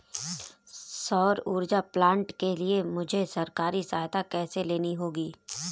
सौर ऊर्जा प्लांट के लिए मुझे सरकारी सहायता कैसे लेनी होगी?